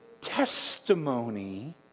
testimony